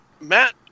Matt